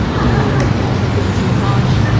who ah ah have been too harsh.